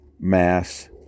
Mass